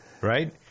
right